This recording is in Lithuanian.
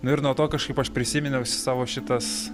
nu ir nuo to kažkaip aš prisiminiau savo šitas